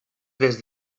des